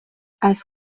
als